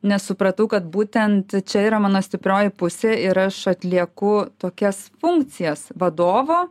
nes supratau kad būtent čia yra mano stiprioji pusė ir aš atlieku tokias funkcijas vadovo